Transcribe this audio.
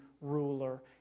ruler